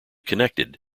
connected